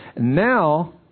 now